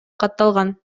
катталган